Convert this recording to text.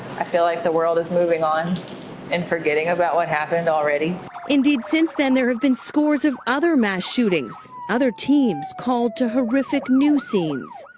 i feel like the world is moving on and forgetting about what happened already. reporter indeed, since then there have been scores of other mass shootings. other teams called to horrific new scenes.